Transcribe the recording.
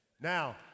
Now